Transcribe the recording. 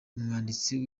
umwanditsi